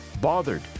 bothered